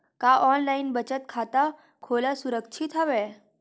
का ऑनलाइन बचत खाता खोला सुरक्षित हवय?